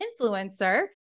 Influencer